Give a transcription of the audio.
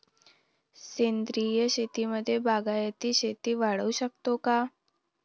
सेंद्रिय शेतीमध्ये बागायती शेती वाढवू शकतो का?